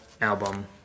album